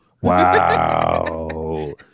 Wow